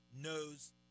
knows